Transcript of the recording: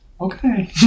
Okay